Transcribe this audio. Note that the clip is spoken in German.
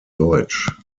deutsch